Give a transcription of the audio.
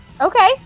Okay